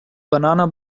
banana